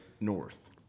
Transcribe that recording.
north